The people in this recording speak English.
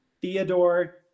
Theodore